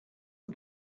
are